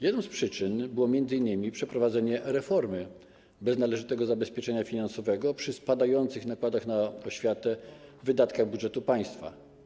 Jedną z przyczyn było m.in. przeprowadzanie reformy bez należytego zabezpieczenia finansowego przy spadających nakładach na oświatę, wydatkach budżetu państwa.